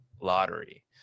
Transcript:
lottery